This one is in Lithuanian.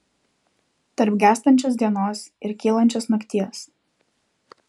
tarp gęstančios dienos ir kylančios nakties